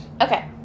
okay